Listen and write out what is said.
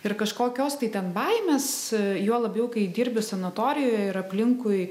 ir kažkokios tai ten baimės juo labiau kai dirbi sanatorijoje ir aplinkui